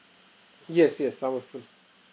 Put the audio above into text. yes yes I were full